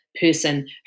person